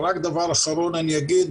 רק דבר אחרון אני אגיד,